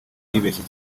bibeshye